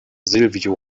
silvio